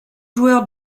joueurs